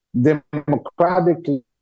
democratically